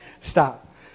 Stop